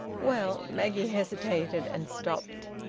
well maggie hesitated, and stopped.